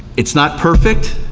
it's not perfect,